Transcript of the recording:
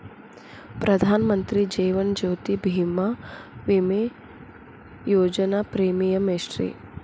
ಪ್ರಧಾನ ಮಂತ್ರಿ ಜೇವನ ಜ್ಯೋತಿ ಭೇಮಾ, ವಿಮಾ ಯೋಜನೆ ಪ್ರೇಮಿಯಂ ಎಷ್ಟ್ರಿ?